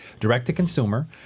direct-to-consumer